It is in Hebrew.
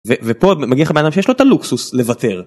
ופה מגיע לך בן אדם שיש לו את הלוקסוס לוותר.